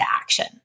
action